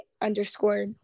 underscore